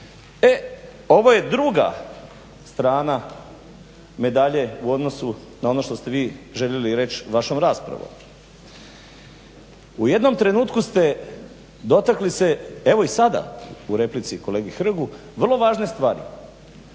E ovo je druga strana medalje u odnosu na ono što ste vi željeli reći vašom raspravom. U jednom trenutku ste dotakli se, evo i sada u replici kolegi Hrgu, vrlo važne stvari,